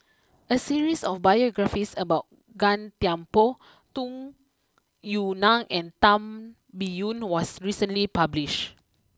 a series of biographies about Gan Thiam Poh Tung Yue Nang and Tan Biyun was recently publish